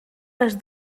les